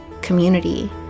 community